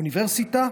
אוניברסיטה,